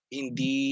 hindi